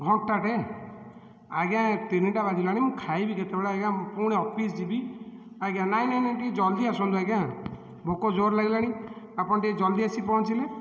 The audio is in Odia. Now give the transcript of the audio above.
ଘଣ୍ଟାଟେ ଆଜ୍ଞା ତିନିଟା ବାଜିଲାଣି ମୁଁ ଖାଇବି କେତେବେଳେ ଆଜ୍ଞା ମୁଁ ପୁଣି ଅଫିସ୍ ଯିବି ଆଜ୍ଞା ନାଇଁ ନାଇଁ ନାଇଁ ଟିକିଏ ଜଲ୍ଦି ଆସନ୍ତୁ ଆଜ୍ଞା ଭୋକ ଜୋର୍ ଲାଗିଲାଣି ଆପଣ ଟିକିଏ ଜଲ୍ଦି ଆସି ପହଞ୍ଚିଲେ